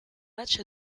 matchs